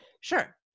Sure